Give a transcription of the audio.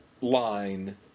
line